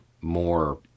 more